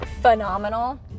phenomenal